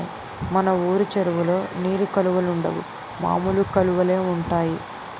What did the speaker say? మన వూరు చెరువులో నీలి కలువలుండవు మామూలు కలువలే ఉంటాయి